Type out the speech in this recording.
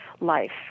life